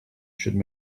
should